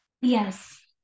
Yes